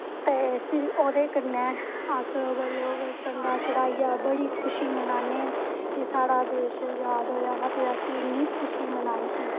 ते फिर ओह्दे कन्नै अस बडलै बेल्लै झण्डा चढ़ाइयै बड़ी खुशी बनाने कि साढ़ा देश आज़ाद होआ हा ते असैं इन्नी खुशी बनाई ही